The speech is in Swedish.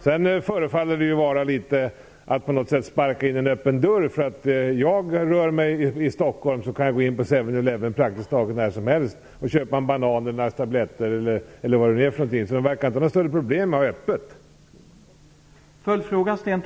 Det här förefaller vara litet som att sparka in en öppen dörr. När jag rör mig i Stockholm kan jag gå in på Seven-Eleven praktiskt taget när som helst och köpa t.ex. en banan eller en ask tabletter. Det verkar alltså inte vara något större problem med att hålla öppet.